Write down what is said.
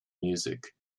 music